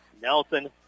Nelson